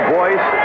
voice